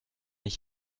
ich